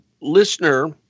listener